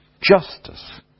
justice